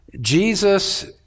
Jesus